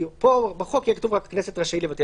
ופה בחוק יהיה כתוב רק "הכנסת רשאית לבטל".